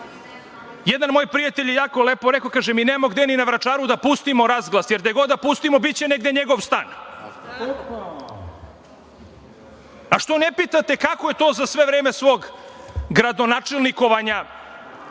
jedan moj prijatelj je jako lepo rekao - mi nemamo gde ni na Vračaru da pustimo razglas, jer gde god da pustimo biće negde njegov stan. Što ne pitate kako je za sve vreme svog gradonačelnikovanja